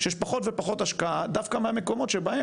שיש פחות ופחות השקעה דווקא מהמקומות שבהם